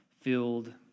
filled